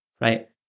right